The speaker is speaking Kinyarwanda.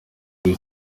kuri